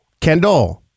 Kendall